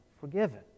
forgiven